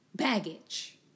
Baggage